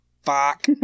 Fuck